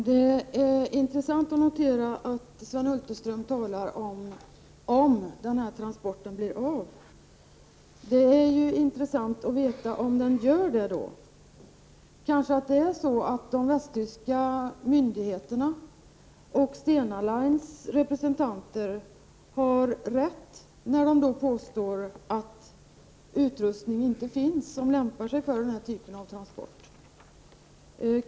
Herr talman! Det är intressant att notera att Sven Hulterström säger ”skulle transporten bli av”. Det vore onekligen intressant att veta om den gör det. Är det kanske så att de västtyska myndigheterna och Stena Lines representanter har rätt när de påstår att utrustning inte finns som lämpar sig för den här typen av transporter?